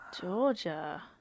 Georgia